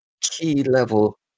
key-level